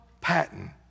Patton